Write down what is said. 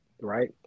right